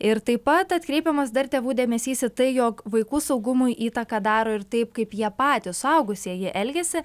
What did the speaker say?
ir taip pat atkreipiamas dar tėvų dėmesys į tai jog vaikų saugumui įtaką daro ir taip kaip jie patys suaugusieji elgiasi